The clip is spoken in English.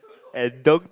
and doom